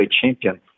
champion